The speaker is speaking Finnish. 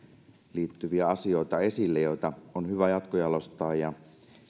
liittyviä asioita joita on hyvä jatkojalostaa ja